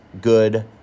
good